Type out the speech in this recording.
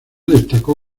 destacó